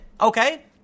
Okay